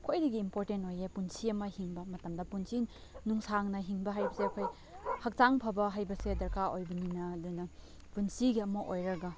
ꯈ꯭ꯋꯥꯏꯗꯒꯤ ꯏꯝꯄꯣꯔꯇꯦꯟ ꯑꯣꯏꯌꯦ ꯄꯨꯟꯁꯤ ꯑꯃ ꯍꯤꯡꯕ ꯃꯇꯝꯗ ꯄꯨꯟꯁꯤ ꯅꯨꯡꯁꯥꯡꯅ ꯍꯤꯡꯕ ꯍꯥꯏꯕꯁꯦ ꯑꯩꯈꯣꯏ ꯍꯛꯆꯥꯡ ꯐꯕ ꯍꯥꯏꯕꯁꯦ ꯗꯔꯀꯥꯔ ꯑꯣꯏꯕꯅꯤꯅ ꯑꯗꯨꯅ ꯄꯨꯟꯁꯤꯒꯤ ꯑꯃ ꯑꯣꯏꯔꯒ